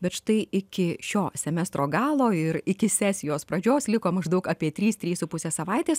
bet štai iki šio semestro galo ir iki sesijos pradžios liko maždaug apie trys trys su puse savaitės